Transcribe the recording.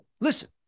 Listen